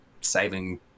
saving